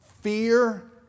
fear